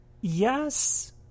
Yes